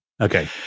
Okay